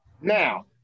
Now